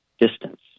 distance